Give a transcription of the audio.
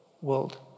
world